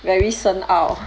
very 深奥